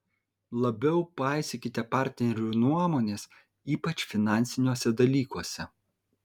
labiau paisykite partnerių nuomonės ypač finansiniuose dalykuose